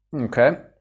Okay